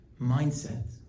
mindset